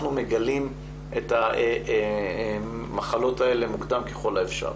אנחנו מגלים את המחלות האלה מוקדם ככל האפשר.